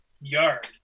yard